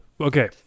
Okay